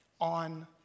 on